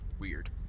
weird